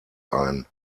ein